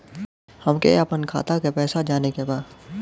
हमके आपन खाता के पैसा जाने के बा